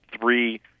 three